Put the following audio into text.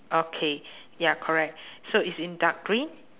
okay ya correct so it's in dark green